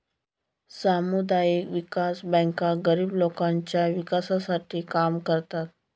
सामुदायिक विकास बँका गरीब लोकांच्या विकासासाठी काम करतात